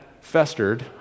festered